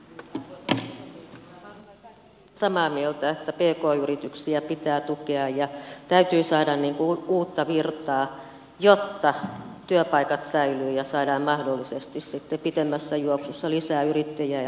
olemme varmaan kaikki siitä samaa mieltä että pk yrityksiä pitää tukea ja täytyy saada uutta virtaa jotta työpaikat säilyvät ja saadaan mahdollisesti sitten pitemmässä juoksussa lisää yrittäjiä ja lisää työpaikkoja